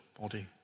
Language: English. body